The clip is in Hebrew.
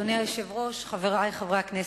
אדוני היושב-ראש, חברי חברי הכנסת,